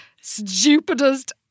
stupidest